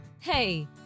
Hey